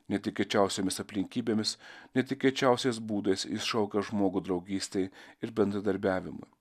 netikėčiausiomis aplinkybėmis netikėčiausiais būdais jis šaukia žmogų draugystei ir bendradarbiavimui